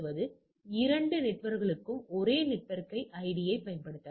நாம் பெறப்பட்ட அதிர்வெண்களை எதிர்பார்க்கப்பட்டவைகளுடன் ஒப்பிடுகிறோம்